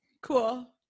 Cool